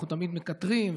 אנחנו תמיד מקטרים,